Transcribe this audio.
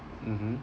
mmhmm